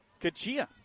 Kachia